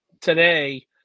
today